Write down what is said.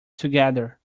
together